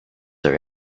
are